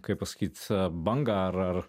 kaip pasakyt bangą ar ar